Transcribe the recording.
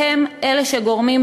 והם אלה שגורמים,